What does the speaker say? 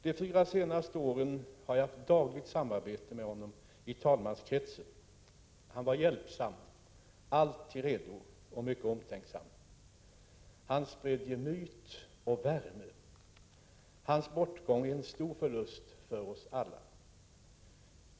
De fyra senaste åren har jag haft dagligt samarbete med honom i talmanskretsen. Han var hjälpsam, alltid redo och mycket omtänksam. Han spred gemyt och värme. Hans bortgång är en stor förlust för oss alla.